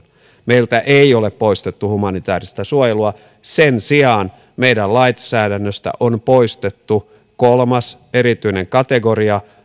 meiltä ei ole poistettu humanitääristä suojelua sen sijaan meidän lainsäädännöstämme on poistettu kolmas erityinen kategoria